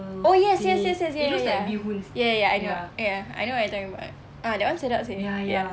oh yes yes yes yes yes ya ya ya ya ya ya I know what I know what you're talking about ah that one sedap seh